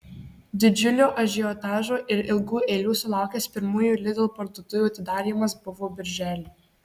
didžiulio ažiotažo ir ilgų eilių sulaukęs pirmųjų lidl parduotuvių atidarymas buvo birželį